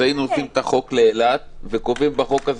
היינו עושים את החוק לאילת וקובעים בחוק הזה